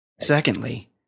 Secondly